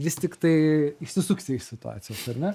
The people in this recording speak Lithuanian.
vis tiktai išsisuksi iš situacijos ar ne